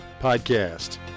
Podcast